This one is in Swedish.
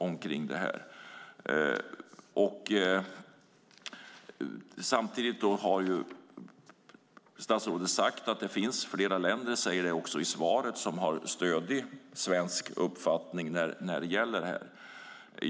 Samtidigt har statsrådet sagt, och säger också i dagens svar, att det finns flera länder som stöder den svenska uppfattningen.